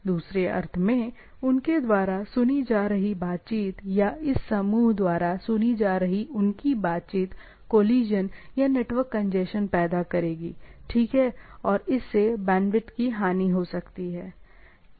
दूसरे अर्थ में उनके द्वारा सुनी जा रही उनकी बातचीत या इस समूह द्वारा सुनी जा रही उनकी बातचीत कोलिशन या नेटवर्क कंजेशन पैदा करेगी ठीक है और इससे बैंडविड्थ की हानि हो सकती है